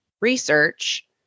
research